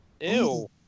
Ew